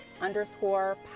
underscore